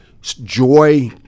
joy